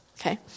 Okay